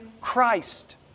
Christ